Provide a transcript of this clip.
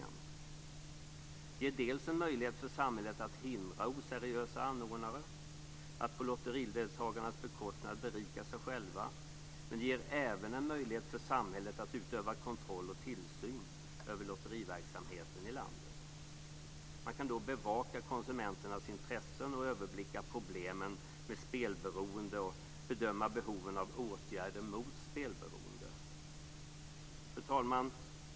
Det ger dels en möjlighet för samhället att hindra oseriösa anordnare att på lotterideltagarnas bekostnad berika sig själva, dels en möjlighet för samhället att utöva kontroll och tillsyn över lotteriverksamheten i landet. Man kan då bevaka konsumenternas intressen och överblicka problemen med spelberoende och bedöma behoven av åtgärder mot spelberoende. Fru talman!